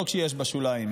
לא כשיש בה שוליים,